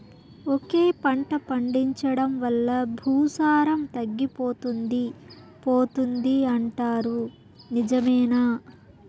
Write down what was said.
ఒకే పంట పండించడం వల్ల భూసారం తగ్గిపోతుంది పోతుంది అంటారు నిజమేనా